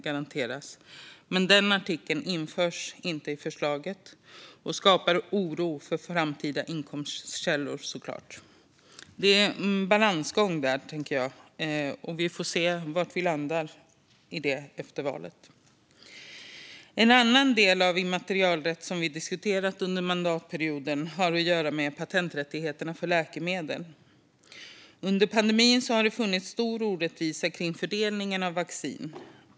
Denna artikel införs dock inte i och med förslaget, vilket såklart skapar oro gällande framtida inkomstkällor. Det är en balansgång där, tänker jag, och vi får helt enkelt se var vi landar i detta efter valet. En annan del av immaterialrätt som vi har diskuterat under mandatperioden har att göra med patenträttigheterna för läkemedel. Under pandemin har det funnits en stor orättvisa kring fördelningen av vaccin.